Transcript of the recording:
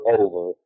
over